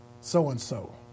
so-and-so